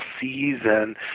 season